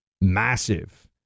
massive